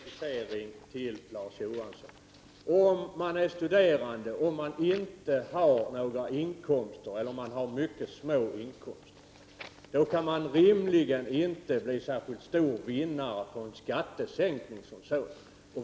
Fru talman! En kort precisering till Larz Johansson: Om man är studerande och man inte har några inkomster eller man har mycket små inkomster, kan man rimligen inte vinna särskilt mycket på en skattesänkning.